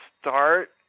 start